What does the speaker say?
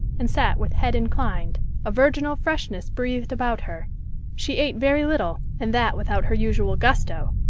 and sat with head inclined a virginal freshness breathed about her she ate very little, and that without her usual gusto,